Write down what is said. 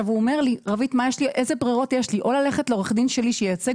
הוא שואל אותי איזה ברירות יש לו שהן או ללכת לעורך דין שלו שייצג